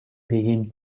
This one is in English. begin